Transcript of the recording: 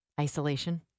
isolation